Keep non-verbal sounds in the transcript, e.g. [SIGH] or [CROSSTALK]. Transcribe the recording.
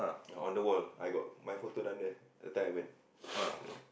on the wall I got my photo down there that time I went [BREATH]